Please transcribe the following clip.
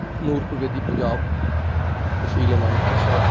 ਨੂਰਪੁਰਬੇਦੀ ਪੰਜਾਬ ਤਹਿਸੀਲ ਅਨੰਦਪੁਰ ਸਾਹਿਬ